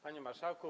Panie Marszałku!